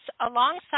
alongside